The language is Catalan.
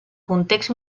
context